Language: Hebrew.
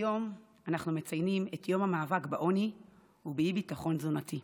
היום אנחנו מציינים את יום המאבק בעוני ובאי-ביטחון תזונתי.